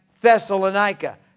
Thessalonica